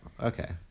Okay